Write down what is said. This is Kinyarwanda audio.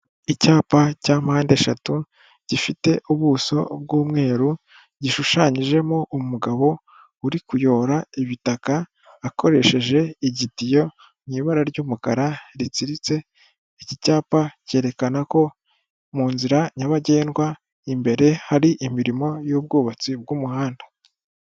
Icyapa cya mpande eshatu, gifite ubuso bw'umweru, gishushanyijemo umugabo uri kuyora ibitaka, akoresheje igitiyo mu ibara ry'umukara ritsiritse. Iki cyapa cyerekana ko mu nzira nyabagendwa imbere hari imirimo y'ubwubatsi bw'umuhanda.